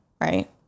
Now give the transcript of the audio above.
right